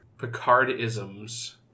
Picard-isms